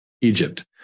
Egypt